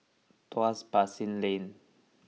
Tuas Basin Lane